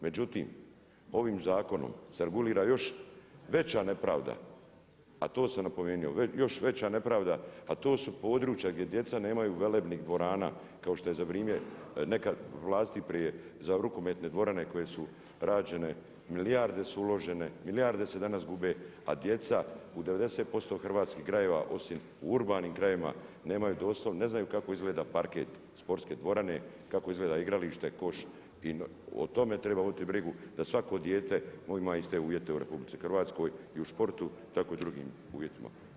Međutim, ovim zakonom se regulira još veća nepravda, a to sam napomenuo, još veća nepravda, a to su područja gdje djeca nemaju velebnih dvorana kao što je za vrijeme nekad vlasti prije za rukometne dvorane koje su rađene, milijarde su uložene, milijarde se danas gube, a djeca u 90% hrvatskih krajeva osim u urbanim krajevima nemaju doslovno, ne znaju kako izgleda parket sportske dvorane, kako izgleda igralište, koš i o tome treba voditi brigu da svako dijete ima iste uvjete u RH i u sportu tako i u drugim uvjetima.